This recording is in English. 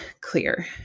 clear